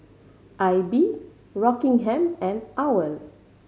Aibi Rockingham and owl